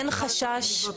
אין חשש.